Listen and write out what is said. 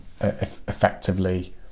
effectively